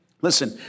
Listen